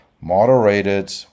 moderated